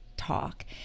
Talk